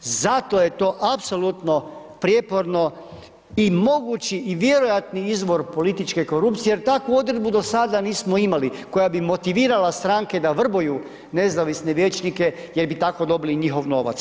Zato je to apsolutno prijeporno i mogući i vjerojatni izvor političke korupcije jer takvu odredbu do sada nismo imali koja bi motivirala stranke da vrbuju nezavisne vijećnike jer bi tako dobili njihov novac.